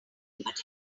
but